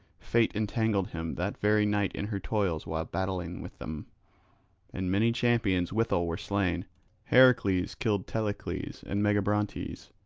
fate entangled him that very night in her toils while battling with them and many champions withal were slain heracles killed telecles and megabrontes,